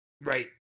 Right